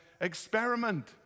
experiment